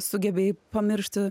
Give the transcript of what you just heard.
sugebėjai pamiršti